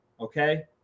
okay